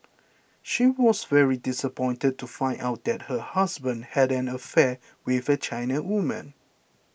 she was very disappointed to find out that her husband had an affair with a China woman